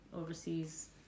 overseas